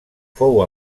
fou